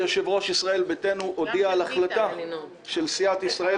יושב-ראש ישראל ביתנו הודיע על החלטה של סיעת ישראל